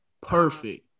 perfect